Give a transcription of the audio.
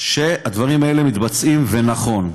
שהדברים האלה מתבצעים, ונכון.